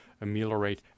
ameliorate